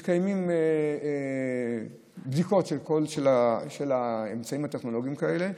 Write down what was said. מתקיימות בדיקות של האמצעים הטכנולוגיים האלה.